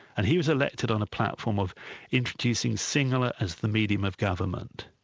and he was elected on a platform of introducing sinhala as the medium of government,